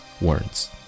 words